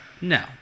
No